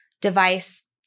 device